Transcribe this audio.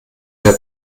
der